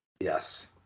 Yes